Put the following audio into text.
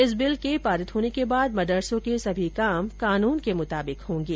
इस बिल के पारित होने के बाद मदरसों के सभी काम कानुन के मुताबिक होंगे